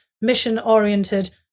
mission-oriented